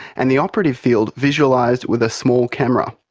and the operative field visualised with a small camera.